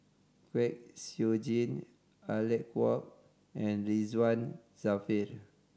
Kwek Siew Jin Alec Kuok and Ridzwan Dzafir